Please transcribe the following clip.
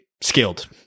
skilled